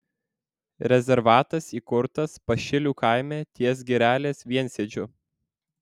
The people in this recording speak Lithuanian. rezervatas įkurtas pašilių kaime ties girelės viensėdžiu